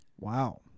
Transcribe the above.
Wow